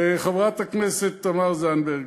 לחברת הכנסת תמר זנדברג,